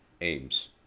aims